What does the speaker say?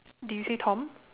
did you say tom